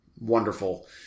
wonderful